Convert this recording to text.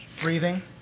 Breathing